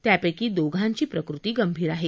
त्यापैकी दोघांची प्रकृती गंभीर आहे